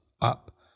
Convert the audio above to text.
up